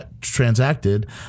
transacted